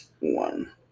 One